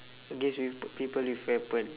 against with people with weapon